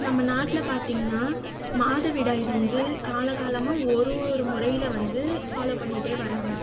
நம்ம நாட்டில் பார்த்தீங்கனா மாதவிடாய் வந்து கால காலமாக ஒரு ஒரு முறையில் வந்து ஃபாலோவ் பண்ணிகிட்டே வர்றாங்க